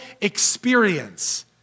experience